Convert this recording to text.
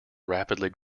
rapidly